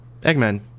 Eggman